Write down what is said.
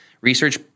research